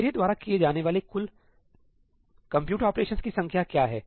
मेरे द्वारा किए जाने वाले कुल कंप्यूट ऑपरेशंस की संख्या क्या है